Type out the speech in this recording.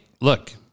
look